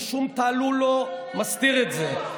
ושום תעלול לא מסתיר את זה.